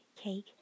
cake